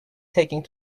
taking